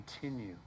continue